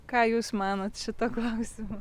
ką jūs manot šitu klausimu